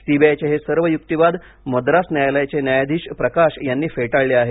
सीबाआयचे हे सर्व युक्तीवाद मद्रास न्यायालयाचे न्यायाधीश प्रकाश यांनी फेटाळले आहेत